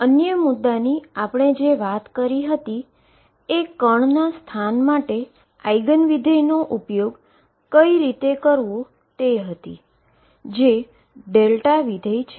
અન્ય મુદા ની આપણે જે વાત કરી હતી એ પાર્ટીકલ ના સ્થાન માટે આઈગન ફંક્શનનો ઉપયોગ કઈ રીતે કરવો તે હતી જે δ ફંક્શન છે